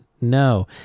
no